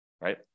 right